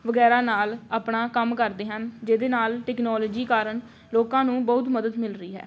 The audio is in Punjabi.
ਵਗੈਰਾ ਨਾਲ ਆਪਣਾ ਕੰਮ ਕਰਦੇ ਹਨ ਜਿਹਦੇ ਨਾਲ ਟੈਕਨੋਲੋਜੀ ਕਾਰਨ ਲੋਕਾਂ ਨੂੰ ਬਹੁਤ ਮਦਦ ਮਿਲ ਰਹੀ ਹੈ